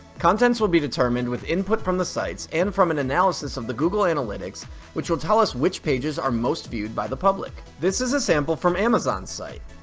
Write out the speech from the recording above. contents will be determined with input from the sites and from an analysis of the google analytics which will tell us which pages are most viewed by the public. this is a sample from amazon's site.